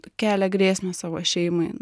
kelia grėsmę savo šeimai